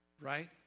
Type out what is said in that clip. Right